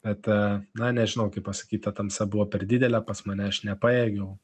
bet na nežinau kaip pasakyt ta tamsa buvo per didelė pas mane aš nepajėgiau